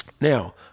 Now